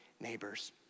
neighbors